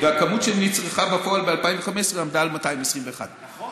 הכמות שנצרכה בפועל ב-2015 עמדה על 221. נכון.